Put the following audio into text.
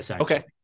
okay